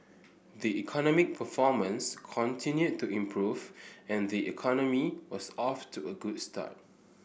the economic performance continued to improve and the economy was off to a good start